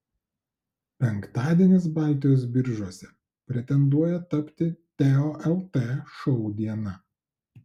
penktadienis baltijos biržose pretenduoja tapti teo lt šou diena